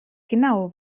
genau